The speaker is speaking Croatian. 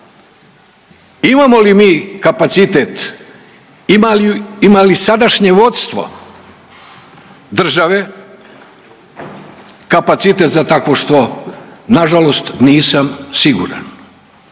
Imamo li kapacitet, ima li sadašnje vodstvo države kapacitet za tako što? Nažalost nisam siguran.